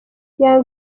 young